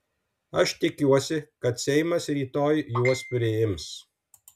aš tikiuosi kad seimas rytoj juos priims